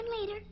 later